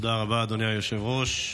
תודה רבה, אדוני היושב-ראש.